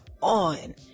on